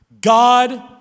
God